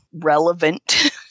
relevant